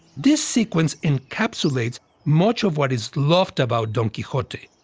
this sequence encapsulates much of what is loved about don quixote,